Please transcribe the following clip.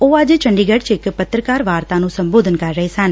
ਉਹ ਅੱਜ ਚੰਡੀਗੜ ਚ ਇਕ ਪੱਤਰਕਾਰ ਵਾਰਤਾ ਨੂੰ ਸੰਬੋਧਨ ਕਰ ਰਹੇ ਸਨ